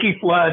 Flood